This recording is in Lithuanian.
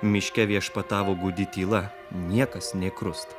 miške viešpatavo gūdi tyla niekas nė krust